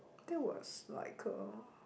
that was like uh